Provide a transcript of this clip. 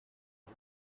him